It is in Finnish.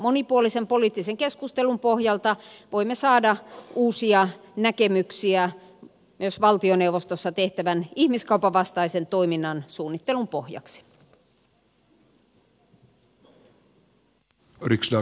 monipuolisen poliittisen keskustelun pohjalta voimme saada uusia näkemyksiä myös valtioneuvostossa tehtävän ihmiskaupan vastaisen toiminnan suunnittelun pohjaksi